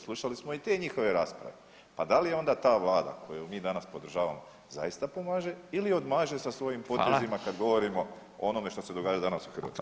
Slušali smo i te njihove rasprave, pa da li onda ta vlada koju mi danas podržavamo zaista pomaže ili odmaže sa svojim potezima kad govorimo o onome što se događa danas u Hrvatskoj?